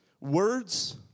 words